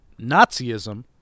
Nazism